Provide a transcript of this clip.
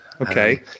Okay